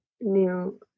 new